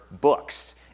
books